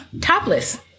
Topless